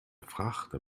frachter